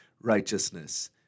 righteousness